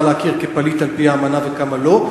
להכיר כפליט על-פי האמנה ובכמה לא,